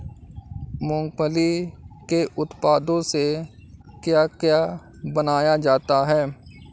मूंगफली के उत्पादों से क्या क्या बनाया जाता है?